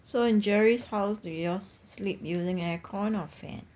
so in jerry's house do you all sleep using aircon or fan